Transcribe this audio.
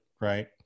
Right